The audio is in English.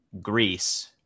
Greece